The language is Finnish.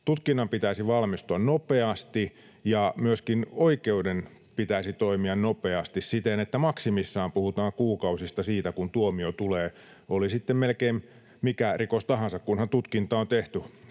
Tutkinnan pitäisi valmistua nopeasti, ja myöskin oikeuden pitäisi toimia nopeasti, siten että maksimissaan puhutaan kuukausista siinä, että tuomio tulee, oli sitten melkein mikä rikos tahansa, kunhan tutkinta on tehty